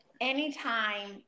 Anytime